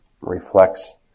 reflects